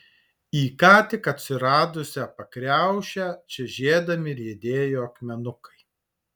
į ką tik atsiradusią pakriaušę čežėdami riedėjo akmenukai